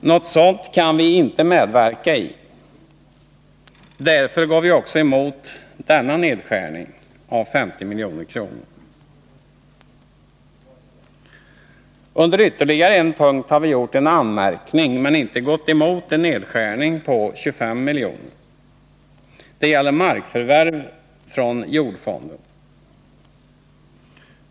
Något sådant kan vi inte medverka i, varför vi också går emot denna nedskärning på 50 milj.kr. Under ytterligare en punkt har vi gjort en anmärkning men inte gått emot en nedskärning på 25 milj.kr. Det gäller markförvärv från jordfonden.